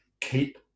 Keep